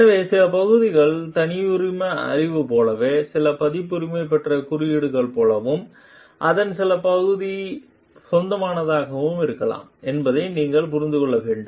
எனவே சில பகுதி தனியுரிம அறிவு போலவும் சில பதிப்புரிமை பெற்ற குறியீடு போலவும் அதன் சில பகுதி பொதுவானதாகவும் இருக்கலாம் என்பதை நீங்கள் புரிந்து கொள்ள வேண்டும்